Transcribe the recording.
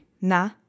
na